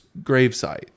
gravesite